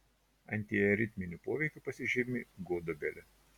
antiaritminiu poveikiu pasižymi gudobelė